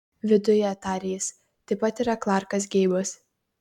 viduje tarė jis taip pat yra klarkas geibas